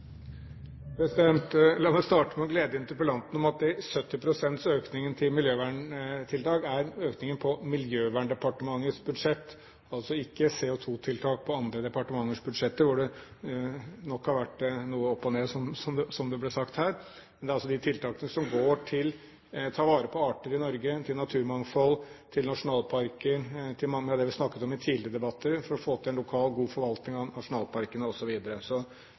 på Miljøverndepartementets budsjett – altså ikke CO2-tiltak på andre departementers budsjetter, der det nok har vært noe opp og ned, som det ble sagt her. Men det er altså de tiltakene som går på å ta vare på arter i Norge, på naturmangfold, på nasjonalparker – for å få til en lokal god forvaltning av dem, som vi har snakket om i tidligere debatter.